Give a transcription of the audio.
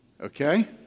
Okay